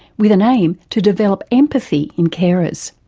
with an aim to develop empathy in carers.